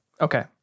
Okay